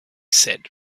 said